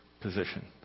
position